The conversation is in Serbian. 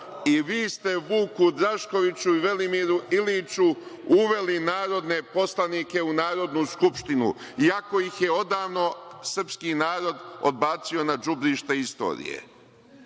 i vi ste Vuku Draškoviću i Velimiru Iliću uveli narodne poslanike u Narodnu skupštinu, iako ih je odavno srpski narod odbacio na đubrište istorije. Ja